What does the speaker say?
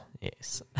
Yes